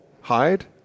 Hide